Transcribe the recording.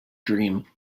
dream